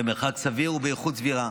במרחק סביר ובאיכות סבירה,